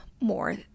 more